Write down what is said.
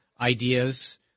ideas